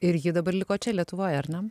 ir ji dabar liko čia lietuvoj ar ne